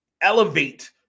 elevate